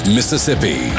Mississippi